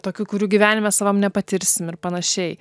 tokių kurių gyvenime savam nepatirsim ir panašiai